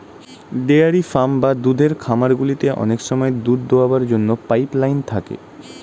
dairy farm বা দুধের খামারগুলিতে অনেক সময় দুধ দোয়াবার জন্য পাইপ লাইন থাকে